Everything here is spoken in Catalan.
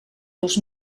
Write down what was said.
dos